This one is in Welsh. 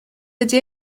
ydy